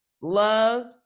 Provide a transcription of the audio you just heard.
love